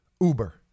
Uber